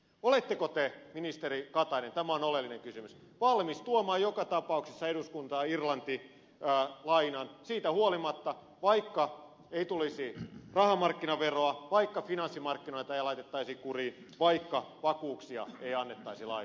oletteko te ministeri katainen tämä on oleellinen kysymys valmis tuomaan joka tapauksessa eduskuntaan irlanti lainan siitä huolimatta että ei tulisi rahamarkkinaveroa että finanssimarkkinoita ei laitettaisi kuriin että vakuuksia ei annettaisi lainoille